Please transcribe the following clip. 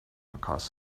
across